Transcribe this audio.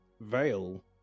veil